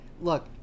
Look